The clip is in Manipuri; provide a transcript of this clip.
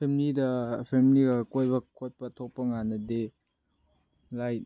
ꯐꯦꯃꯤꯂꯤꯗ ꯐꯦꯃꯤꯂꯤꯒ ꯀꯣꯏꯕ ꯈꯣꯠꯄ ꯊꯣꯛꯄ ꯀꯥꯟꯗꯗꯤ ꯂꯥꯏꯛ